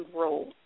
role